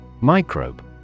Microbe